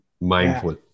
Mindful